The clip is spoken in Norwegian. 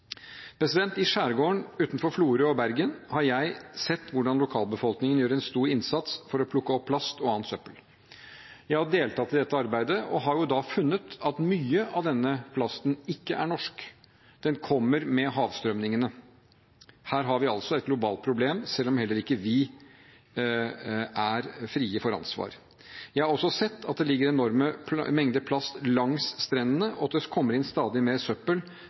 I skjærgården utenfor Florø og Bergen har jeg sett hvordan lokalbefolkningen gjør en stor innsats for å plukke opp plast og annet søppel. Jeg har deltatt i dette arbeidet og funnet at mye av denne plasten ikke er norsk. Den kommer med havstrømmene. Her har vi altså et globalt problem, selv om heller ikke vi er frie for ansvar. Jeg har også sett at det ligger enorme mengder plast langs strendene, og at det kommer inn stadig mer søppel